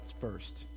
first